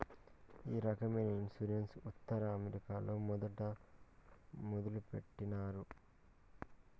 ఈ రకమైన ఇన్సూరెన్స్ ఉత్తర అమెరికాలో మొదట మొదలుపెట్టినారు